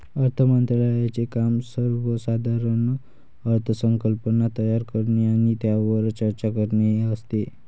अर्थ मंत्रालयाचे काम सर्वसाधारण अर्थसंकल्प तयार करणे आणि त्यावर चर्चा करणे हे असते